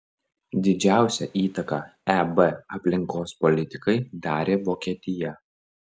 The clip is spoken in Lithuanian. didžiausią įtaką eb aplinkos politikai darė vokietija